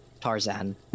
tarzan